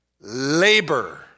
labor